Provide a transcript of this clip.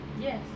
Yes